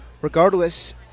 Regardless